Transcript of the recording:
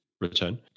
return